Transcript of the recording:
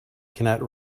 cannot